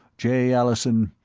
jay allison,